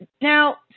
Now